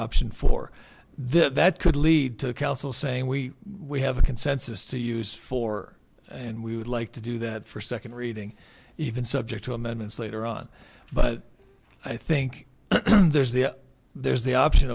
option for this that could lead to a council saying we we have a consensus to use for and we would like to do that for second reading even subject to amendments later on but i think there's the there's the option